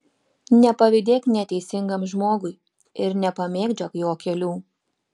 nepavydėk neteisingam žmogui ir nepamėgdžiok jo kelių